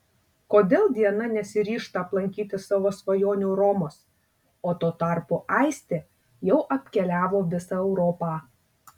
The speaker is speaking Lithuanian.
kodėl diana nesiryžta aplankyti savo svajonių romos o tuo tarpu aistė jau apkeliavo visą europą